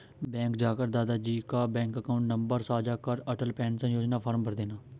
bank जाकर दादा जी का बैंक अकाउंट नंबर साझा कर अटल पेंशन योजना फॉर्म भरदेना